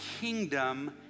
kingdom